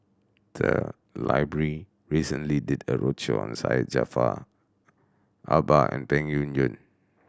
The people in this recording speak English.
the library recently did a roadshow on Syed Jaafar Albar and Peng Yuyun